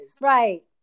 right